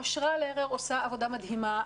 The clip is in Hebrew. אושרה לרר עושה עבודה מדהימה,